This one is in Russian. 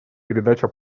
передача